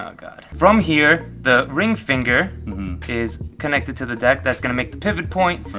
ah god. from here, the ring finger is connected to the deck, that's going to make the pivot point,